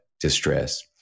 distress